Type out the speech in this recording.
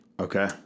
Okay